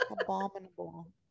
Abominable